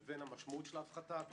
לבין המשמעות שלה,